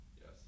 Yes